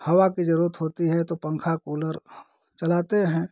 हवा की जरूरत होती है तो पंखा कूलर चलाते हैं